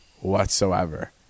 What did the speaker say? whatsoever